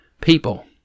people